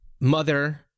mother